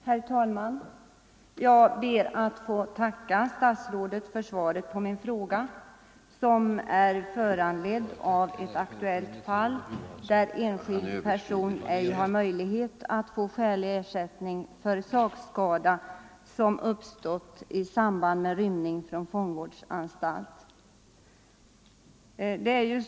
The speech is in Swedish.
Herr talman! Jag ber att få tacka statsrådet för svaret på min fråga, som är föranledd av ett aktuellt fall där enskild person ej har möjlighet att få skälig ersättning för sakskada som har uppstått i samnband med rymning från fångvårdsanstalt.